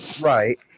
Right